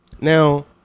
Now